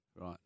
right